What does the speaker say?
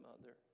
mother